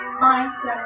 mindset